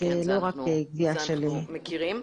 זה לא רק גבייה של --- כן, זה אנחנו מכירים.